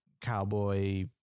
cowboy